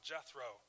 Jethro